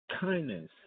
kindness